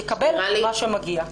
שיקבל את מה שמגיע לו.